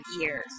years